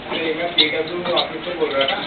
अरे मैं P W office से बोल रहा था